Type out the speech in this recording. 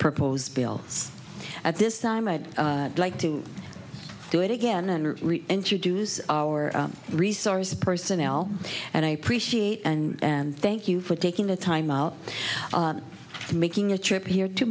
proposed bill at this time i'd like to do it again and introduce our resource personnel and i appreciate and thank you for taking the time out for making a trip here to